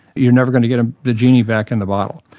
you're never going to get ah the genie back in the bottle.